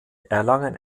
erlangen